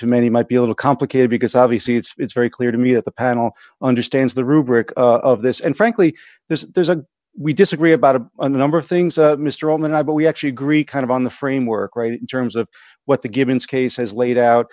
to many might be a little complicated because obviously it's very clear to me that the panel understands the rubric of this and frankly this there's a we disagree about of a number of things mr altman i but we actually agree kind of on the framework right in terms of what the givens case has laid out